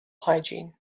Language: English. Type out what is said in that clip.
hygiene